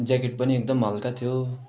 jacket पनि एदम हल्का थियो